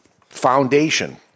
Foundation